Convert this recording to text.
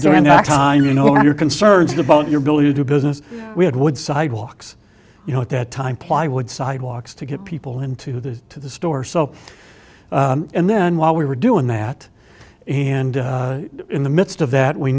during that time you know your concerns about your ability to do business we had would sidewalks you know at that time plywood sidewalks to get people into the to the store so and then while we were doing that and in the midst of that we